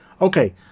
Okay